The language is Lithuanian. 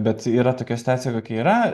bet yra tokia situacija kokia yra